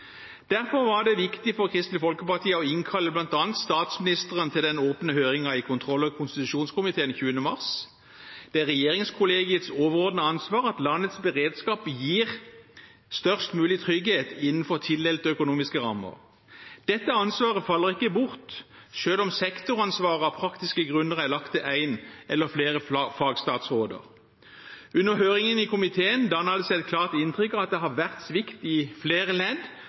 Derfor var det viktig for Kristelig Folkeparti å innkalle bl.a. statsministeren til den åpne høringen i kontroll- og konstitusjonskomiteen 20. mars. Det er regjeringskollegiets overordnede ansvar at landets beredskap gir størst mulig trygghet innenfor tildelte økonomiske rammer. Dette ansvaret faller ikke bort selv om sektoransvaret av praktiske grunner er lagt til en eller flere fagstatsråder. Under høringen i komiteen dannet det seg et klart inntrykk av at det har vært svikt i flere ledd